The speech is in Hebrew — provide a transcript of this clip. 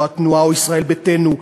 התנועה או ישראל ביתנו,